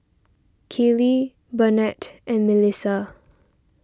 Keely Burnett and Milissa